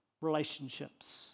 relationships